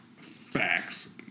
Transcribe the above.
Facts